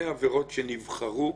המהותי.